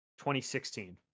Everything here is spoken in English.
2016